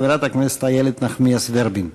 חברת הכנסת איילת נחמיאס ורבין.